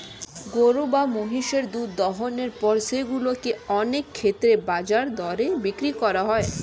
গরু বা মহিষের দুধ দোহনের পর সেগুলো কে অনেক ক্ষেত্রেই বাজার দরে বিক্রি করা হয়